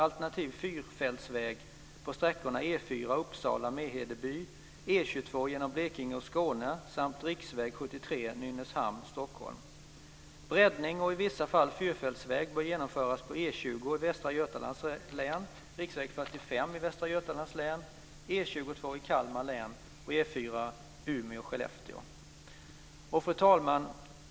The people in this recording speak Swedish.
Det är en motorvägsutbyggnad alternativt fyrfältsväg på E 4 sträckan Uppsala-Mehedeby, på Fru talman!